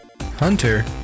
Hunter